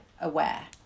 aware